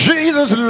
Jesus